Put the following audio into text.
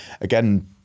again